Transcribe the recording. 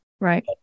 right